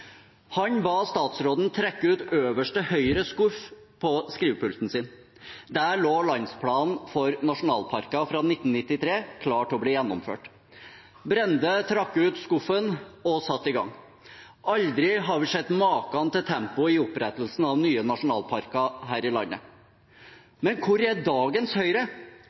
Han ba statsråden trekke ut øverste høyre skuff på skrivepulten sin. Der lå landsplanen for nasjonalparker fra 1993 klar til å bli gjennomført. Brende trakk ut skuffen og satte i gang. Aldri har vi sett maken til tempo i opprettelsen av nye nasjonalparker her i landet. Men hvor er dagens Høyre?